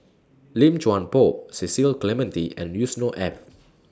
Lim Chuan Poh Cecil Clementi and Yusnor Ef